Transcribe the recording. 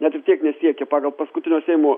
net vis tiek nesiekia pagal paskutinio seimo